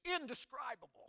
indescribable